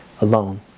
alone